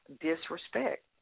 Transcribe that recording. disrespect